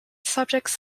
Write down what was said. subjects